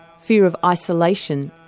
fear of isolation,